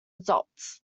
results